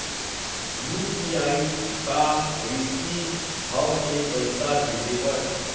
UPI का रिसकी हंव ए पईसा भेजे बर?